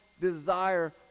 desire